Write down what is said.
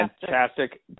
Fantastic